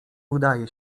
udaje